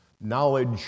Knowledge